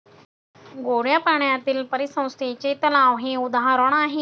गोड्या पाण्यातील परिसंस्थेचे तलाव हे उदाहरण आहे